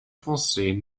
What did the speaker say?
français